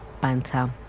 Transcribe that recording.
banter